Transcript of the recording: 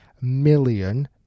million